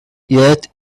yet